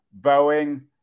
Boeing